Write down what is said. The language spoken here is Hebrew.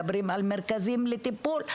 מדברים על מרכזים לטיפול,